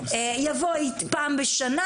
יבוא פעם בשנה